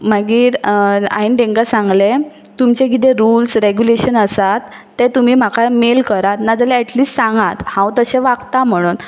मागीर हांवें तांकां सांगलें तुमचे कितेें रुल्स रेगुलेशन आसात ते तुमी म्हाका मेल करात नाजाल्यार एटलिस्ट सांगात हांव तशें वागता म्हणून